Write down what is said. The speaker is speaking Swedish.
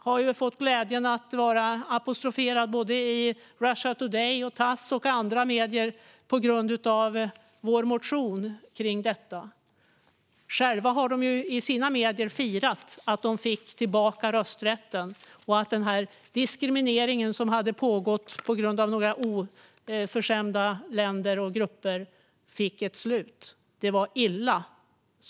Jag har haft glädjen att bli apostroferad i Russia Today, Tass och andra medier på grund av vår motion om detta. Ryssarna själva har i sina medier firat att de fick tillbaka rösträtten och att diskrimineringen som pågått på grund av några oförskämda länder och grupper fick ett slut. Det här är illa.